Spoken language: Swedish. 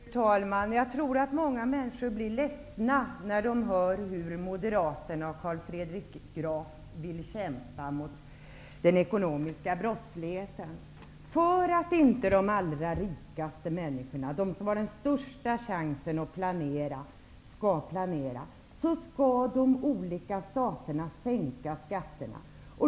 Fru talman! Jag tror att många människor blir ledsna när de hör hur Moderaterna och Carl Fredrik Graf vill kämpa mot den ekonomiska brottsligheten. För att inte de allra rikaste människorna, de som har den största chansen att planera, skall planera, skall de olika staterna sänka skatterna.